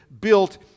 built